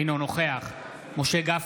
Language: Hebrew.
אינו נוכח משה גפני,